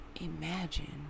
Imagine